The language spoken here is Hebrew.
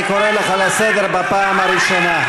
אני קורא אותך לסדר בפעם הראשונה.